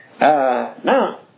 now